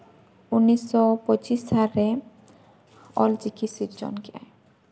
ᱩᱱᱤᱥᱥᱚ ᱯᱚᱸᱪᱤᱥ ᱥᱟᱞᱨᱮ ᱚᱞᱪᱤᱠᱤ ᱥᱤᱨᱡᱚᱱ ᱠᱮᱜᱼᱟᱭ